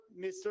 Mr